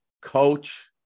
coach